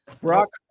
Brock